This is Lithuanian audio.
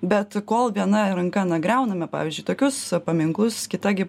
bet kol viena ranka na griauname pavyzdžiui tokius paminklus kita gi